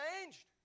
changed